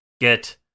get